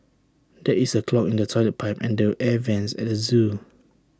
there is A clog in the Toilet Pipe and the air Vents at the Zoo